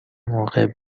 موقع